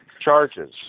charges